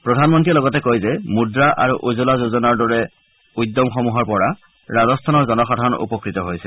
প্ৰধানমন্ত্ৰীয়ে লগতে কয় যে মুদ্ৰা আৰু উজ্জ্বলা যোজনাৰ দৰে উদ্যমসমূহৰ পৰা ৰাজস্থানৰ জনসাধাৰণ উপকৃত হৈছে